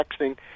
texting